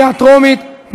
בקריאה טרומית.